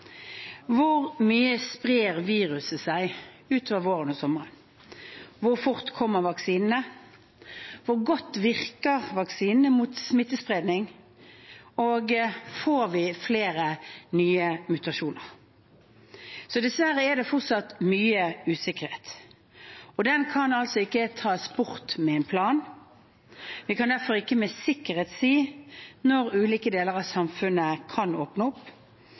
Hvor mye sprer viruset seg ut over våren og sommeren? Hvor fort kommer vaksinene? Hvor godt virker vaksinene mot smittespredning, og får vi flere nye mutasjoner? Dessverre er det fortsatt mye usikkerhet. Den kan ikke tas bort med en plan. Vi kan derfor ikke med sikkerhet si når ulike deler av samfunnet kan åpne opp.